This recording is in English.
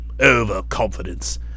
overconfidence